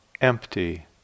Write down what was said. empty